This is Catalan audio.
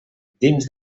dins